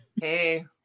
Hey